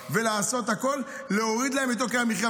לעשות הכול להוריד להם את יוקר המחיה.